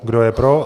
Kdo je pro?